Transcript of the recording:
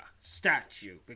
statue